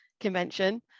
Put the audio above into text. convention